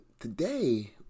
today